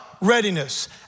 readiness